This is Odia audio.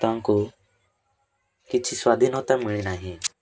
ତାଙ୍କୁ କିଛି ସ୍ଵାଧୀନତା ମିଳିନାହିଁ